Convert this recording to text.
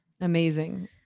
Amazing